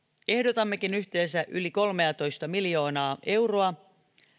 ehdotammekin yhteensä yli kolmetoista miljoonaa euroa